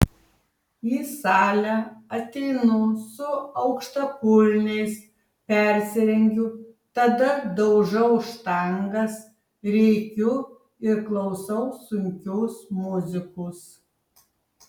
į salę ateinu su aukštakulniais persirengiu tada daužau štangas rėkiu ir klausau sunkios muzikos